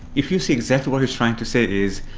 if you see exactly what he was trying to say is,